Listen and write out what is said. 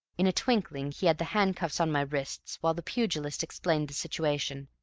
in a twinkling he had the handcuffs on my wrists, while the pugilist explained the situation,